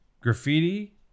graffiti